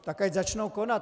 Tak ať začnou konat.